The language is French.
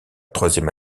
troisième